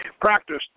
practiced